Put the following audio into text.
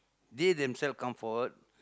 they themselves come forward